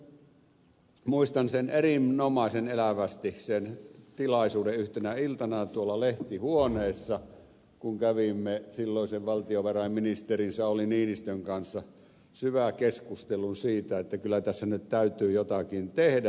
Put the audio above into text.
sitten muistan erinomaisen elävästi sen tilaisuuden yhtenä iltana tuolla lehtihuoneessa kun kävimme silloisen valtiovarainministerin sauli niinistön kanssa syväkeskustelun siitä että kyllä tässä nyt täytyy jotakin tehdä